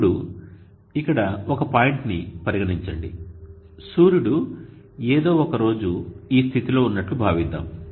ఇప్పుడు ఇక్కడ ఒక పాయింట్ని పరిగణించండి సూర్యుడు ఏదో ఒక రోజు ఈ స్థితిలో ఉన్నట్లు భావిద్దాం